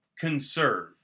conserve